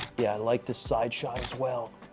yeah, i like the side shot as well.